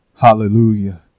Hallelujah